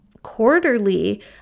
Quarterly